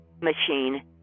machine